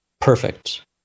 perfect